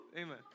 amen